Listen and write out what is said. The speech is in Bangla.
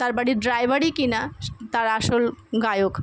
তার বাড়ির ড্রাইভারই কিনা তার আসল গায়ক